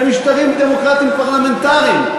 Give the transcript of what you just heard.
במשטרים דמוקרטיים פרלמנטריים.